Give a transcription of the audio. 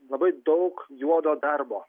labai daug juodo darbo